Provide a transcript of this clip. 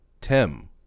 Tim